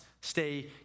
stay